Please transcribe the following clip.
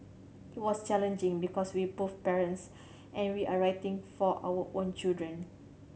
it was challenging because we are both parents and we are writing for our own children